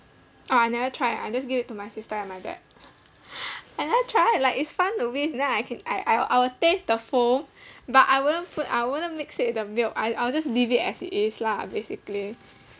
oh I never try I just give it to my sister and my dad I never try like it's fun to whisk then I can I I I will taste the foam but I wouldn't put I wouldn't mix it with the milk I'll I will just leave it as it is lah basically